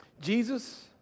Jesus